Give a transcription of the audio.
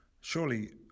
Surely